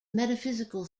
metaphysical